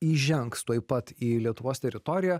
įžengs tuoj pat į lietuvos teritoriją